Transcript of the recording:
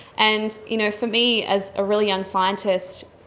and you know for me as a really young scientist,